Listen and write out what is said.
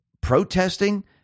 protesting